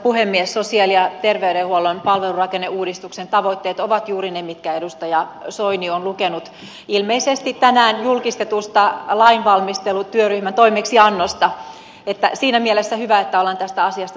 sosiaali ja terveydenhuollon palvelurakenneuudistuksen tavoitteet ovat juuri ne mitkä edustaja soini on lukenut ilmeisesti tänään julkistetusta lainvalmistelutyöryhmän toimeksiannosta siinä mielessä hyvä että ollaan tästä asiasta samaa mieltä